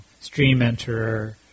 stream-enterer